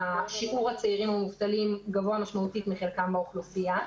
שיעור הצעירים המובטלים גבוה משמעותית מחלקם באוכלוסייה.